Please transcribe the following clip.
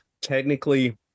Technically